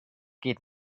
geht